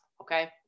okay